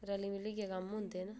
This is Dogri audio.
रली मिलियै कम्म होंदे ना